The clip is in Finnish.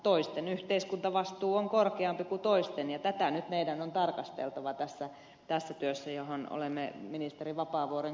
toisten yhteiskuntavastuu on korkeampi kuin toisten ja tätä meidän on nyt tarkasteltava tässä työssä johon olemme ministeri vapaavuoren kutsuneet kuultavaksi